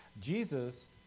Jesus